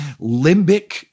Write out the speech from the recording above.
limbic